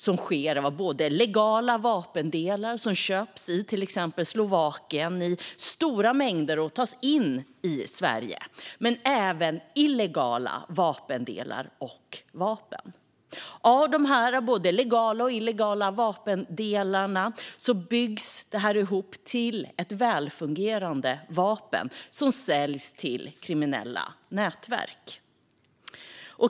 Det är smuggling av legala vapendelar som köps i stora mängder i till exempel Slovakien och som tas i in Sverige, men det är även illegala vapendelar och vapen. Både legala och illegala vapendelar byggs ihop till välfungerande vapen som säljs till kriminella nätverk.